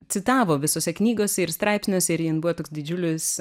citavo visose knygose ir straipsniuose ir jin buvo toks didžiulis